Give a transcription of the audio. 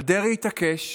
אבל דרעי התעקש